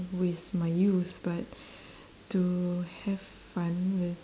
waste my youth but to have fun with